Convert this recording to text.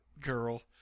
girl